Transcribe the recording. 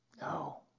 No